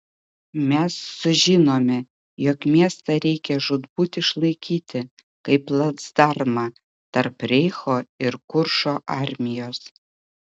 mes sužinome jog miestą reikia žūtbūt išlaikyti kaip placdarmą tarp reicho ir kuršo armijos